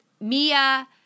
Mia